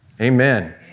Amen